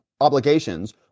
obligations